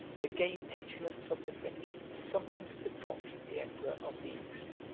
the gay petulance of the french sometimes forgot the emperor of the east.